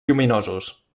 lluminosos